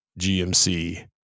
GMC